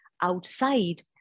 outside